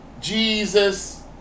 Jesus